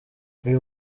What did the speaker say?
uyu